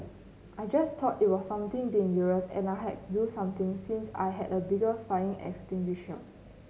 I just thought it was something dangerous and I had to do something since I had a bigger fire extinguisher